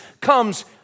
comes